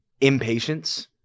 Impatience